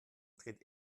dreht